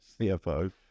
CFO